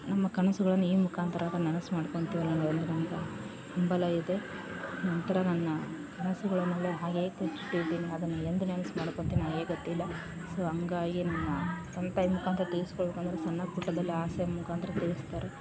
ನಮ್ಮ ಕನಸುಗಳನ್ನು ಈ ಮುಖಾಂತ್ರ ಆದರೂ ನನಸು ಮಾಡಿಕೊಳ್ಳುತ್ತಿವಂತ ಹಂಬಲಯಿದೆ ನಂತರ ನನ್ನ ಕನಸುಗಳನ್ನೆಲ್ಲಾ ಹಾಗೆ ಮುಚ್ಚಿಟ್ಟಿದ್ದೇನೆ ಅದನ್ನು ಎಂದು ನನಸು ಮಾಡಿಕೊಳ್ಳುತ್ತೀನೋ ನನಗೆ ಗೊತ್ತಿಲ್ಲ ಸೊ ಹಂಗಾಗಿ ನನ್ನ ಸ್ವಂತ ತಿರಿಸಿಕೊಳ್ಬೇಕಾದ್ರೆ ಸಣ್ಣಪುಟ್ಟದಲ್ಲೇ ಆಸೆ ಮುಖಾಂತ್ರ್ ತೀರಿಸ್ತಾರೆ